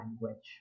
language